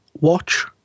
watch